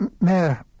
mayor